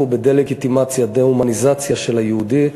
עסקו בדה-לגיטימציה, דה-הומניזציה, של היהודי,